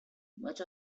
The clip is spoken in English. much